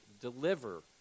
deliver